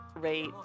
rate